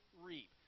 reap